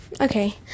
Okay